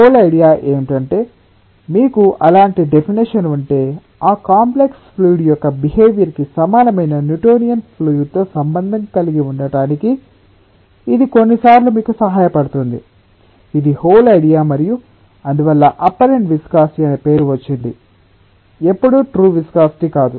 whole idea ఏమిటంటే మీకు అలాంటి డేఫినెషన్ ఉంటే ఆ కాంప్లెక్స్ ఫ్లూయిడ్ యొక్క బిహేవియర్ కి సమానమైన న్యూటోనియన్ ఫ్లూయిడ్ తో సంబంధం కలిగి ఉండటానికి ఇది కొన్నిసార్లు మీకు సహాయపడుతుంది ఇది హోల్ ఐడియ మరియు అందువల్ల అప్పరెంట్ విస్కాసిటి అనే పేరు వచ్చింది ఎప్పుడూ ట్రూ విస్కాసిటి కాదు